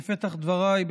בפתח דבריי,